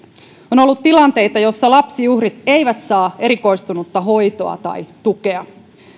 on ollut tilanteita joissa lapsiuhrit eivät saa erikoistunutta hoitoa tai tukea